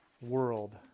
world